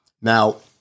Now